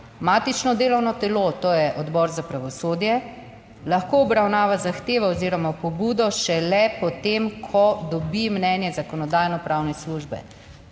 matično delovno telo, to je Odbor za pravosodje lahko obravnava zahtevo oziroma pobudo šele potem, ko dobi mnenje Zakonodajno-pravne službe.